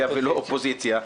קואליציה ולא אופוזיציה.